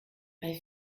bei